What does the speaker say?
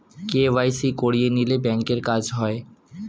KYC করিয়ে নিলে ব্যাঙ্কের কাজ হয়